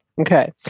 Okay